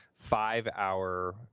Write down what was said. five-hour